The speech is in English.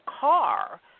car